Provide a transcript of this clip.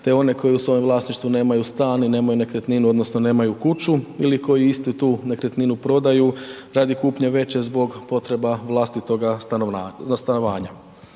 te one koji u svom vlasništvu nemaju stan i nemaju nekretninu odnosno nemaju kuću ili koji istu tu nekretninu prodaju radi kupnje veće zbog potreba vlastitoga stanovanja.